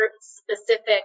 specific